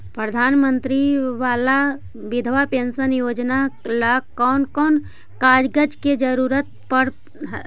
प्रधानमंत्री बाला बिधवा पेंसन योजना ल कोन कोन कागज के जरुरत पड़ है?